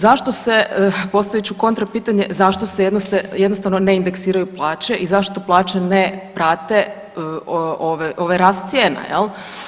Zašto se, postavit ću kontra pitanje, zašto se jednostavno ne indeksiraju plaće i zašto plaće ne prate ovaj rast cijena, jel?